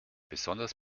besonders